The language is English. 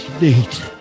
neat